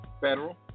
federal